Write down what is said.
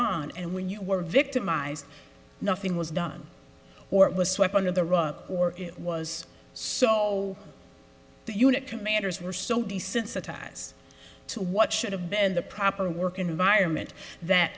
on and when you were victimized nothing was done or it was swept under the rug or it was so the unit commanders were so desensitized to what should have been the proper work environment that